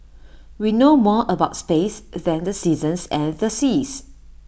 we know more about space than the seasons and the seas